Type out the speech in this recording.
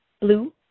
Blue